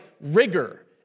rigor